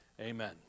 Amen